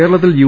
കേരളത്തിൽ യു